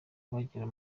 bagera